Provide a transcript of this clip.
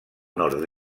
nord